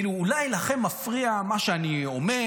אולי לכם מפריע מה שאני אומר,